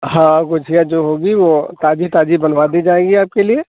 हाँ गुझिया जो होगी वो ताजी ताजी बनवा दी जाएंगी आपके लिए